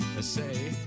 say